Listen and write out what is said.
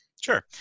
Sure